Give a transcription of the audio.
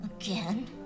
Again